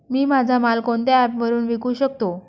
मी माझा माल कोणत्या ॲप वरुन विकू शकतो?